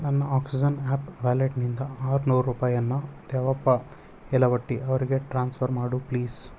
ನನ್ನ Oxygen app ವ್ಯಾಲೆಟ್ನಿಂದ ಆರ್ನೂರು ರೂಪಾಯನ್ನು ದ್ಯಾವಪ್ಪ ಯಲವಟ್ಟಿ ಅವರಿಗೆ ಟ್ರಾನ್ಸ್ಫರ್ ಮಾಡು ಪ್ಲೀಸ್